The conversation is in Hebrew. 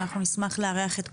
ונשמח לארח את כולכם.